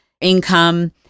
income